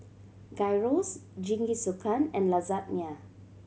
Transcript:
Gyros Jingisukan and Lasagna